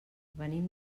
venim